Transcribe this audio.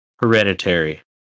Hereditary